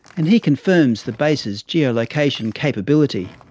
and he confirms the base's geolocation capability.